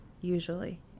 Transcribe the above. usually